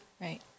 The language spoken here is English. Right